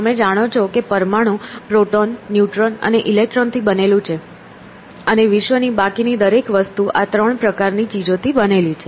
તમે જાણો છો કે પરમાણુ પ્રોટોન ન્યુટ્રોન અને ઇલેક્ટ્રોન થી બનેલું છે અને વિશ્વની બાકીની દરેક વસ્તુ આ ત્રણ પ્રકારની ચીજોથી બનેલી છે